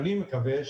אני מקווה,